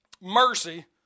mercy